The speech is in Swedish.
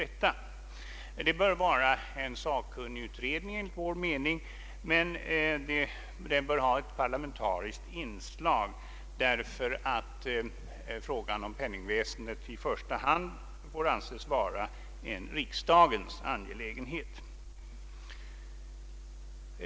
Det bör enligt vår mening vara en sakkunnigutredning, men den bör ha ett parlamentarisk inslag därför att frågan om penningväsendet i första hand får anses vara en riksdagens angelägenhet.